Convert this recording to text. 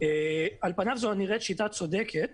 על פניו זו נראית שיטה צודקת,